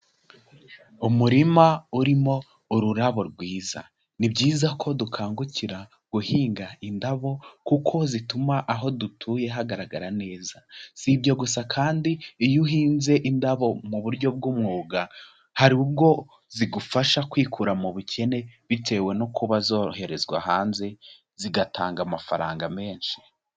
Umurima urimo ururabo rwiza, ni byiza ko dukangukira guhinga indabo kuko zituma aho dutuye hagaragara neza, si ibyo gusa kandi iyo uhinze indabo mu buryo bw'umwuga hari ubwo zigufasha kwikura mu bukene bitewe no kuba zoherezwa hanze zigatanga amafaranga menshi.